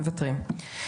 מוותרים.